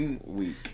week